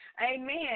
Amen